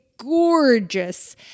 Gorgeous